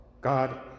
God